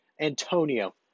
Antonio